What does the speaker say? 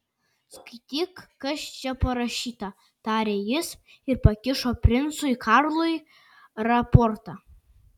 skaityk kas čia parašyta tarė jis ir pakišo princui karlui raportą